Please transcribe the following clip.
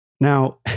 Now